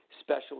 special